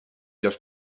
los